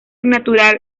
natural